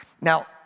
Now